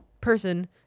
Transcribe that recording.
person